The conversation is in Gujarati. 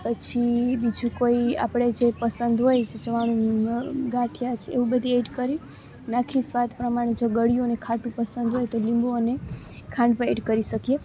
પછી બીજું કોઈ આપણને જે પસંદ હોય જે ચવાણું ગાંઠિયા છે એવું બધી એડ કરી નાખી સ્વાદ પ્રમાણે જો ગળ્યું ને ખાટું પસંદ હોય તો લીંબુ અને ખાંડ પણ એડ કરી શકીએ